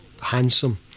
handsome